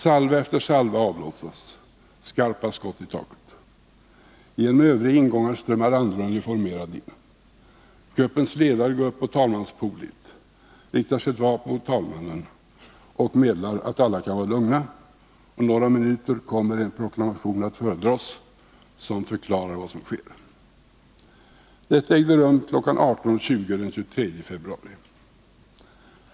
Salva efter salva avlossas, skarpa skott i taket. Genom övriga ingångar strömmar andra uniformerade män in. Kuppens ledare går upp på talmanspodiet, riktar sitt vapen mot talmannen och meddelar att alla kan vara lugna — om några minuter kommer en proklamation att föredras som förklarar vad som sker. Detta ägde rum kl. 18.20 den 23 februari.